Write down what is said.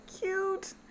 cute